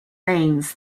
names